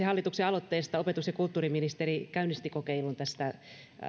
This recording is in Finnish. hallituksen aloitteesta opetus ja kulttuuriministeri käynnisti kokeilun tästä